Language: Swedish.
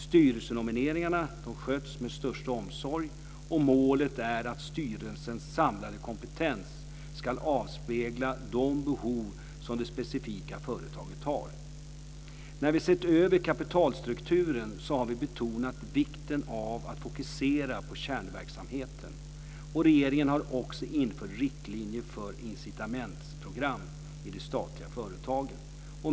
Styrelsenomineringarna sköts med största omsorg, och målet är att styrelsens samlade kompetens ska avspegla de behov som det specifika företaget har. När vi sett över kapitalstrukturen har vi betonat vikten av att fokusera på kärnverksamheten. Regeringen har också infört riktlinjer för incitamentsprogram i de statliga företagen.